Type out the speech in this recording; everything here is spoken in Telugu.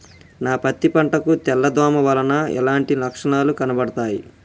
నా పత్తి పంట కు తెల్ల దోమ వలన ఎలాంటి లక్షణాలు కనబడుతాయి?